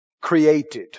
created